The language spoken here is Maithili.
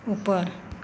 ऊपर